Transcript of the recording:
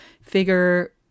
figure